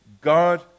God